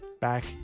Back